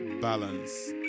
balance